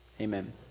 amen